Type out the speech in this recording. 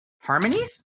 harmonies